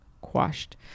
quashed